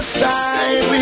side